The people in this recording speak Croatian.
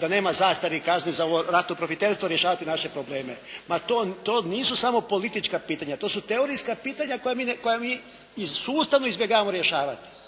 da nema zastare i kazni za ovo ratno profiterstvo rješavati naše probleme. Ma to nisu samo politička pitanja. To su teorijska pitanja koja mi sustavno izbjegavamo rješavati.